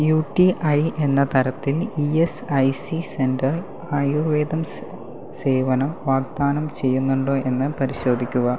U T I എന്ന തരത്തിൽ E S I C centre ആയുർവേദം സ് സേവനം വാഗ്ദാനം ചെയ്യുന്നുണ്ടോയെന്ന് പരിശോധിക്കുക